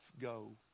go